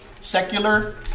secular